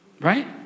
Right